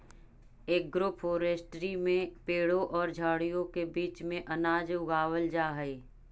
agroforestry में पेड़ों और झाड़ियों के बीच में अनाज उगावाल जा हई